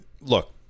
look